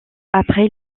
après